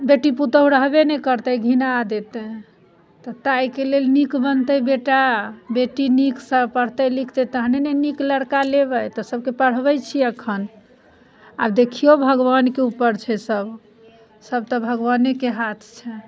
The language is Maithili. बेटी पूतोहू रहबे नहि करतै घिना देतै तऽ ताहिके लेल नीक बनतै बेटा बेटी नीकसँ पढ़तै लिखतै तहने ने नीक लड़का लेबै तऽ सबके पढ़बैत छियै अखन आब देखियौ भगवानके ऊपर छै सब सब तऽ भगवानेके हाथ छै